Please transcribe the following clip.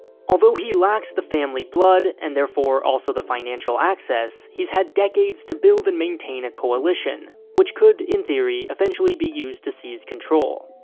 although he lacks the family blood and, therefore, also the financial access, he's had decades to build and maintain a coalition, which could, in theory, eventually be used to seize control.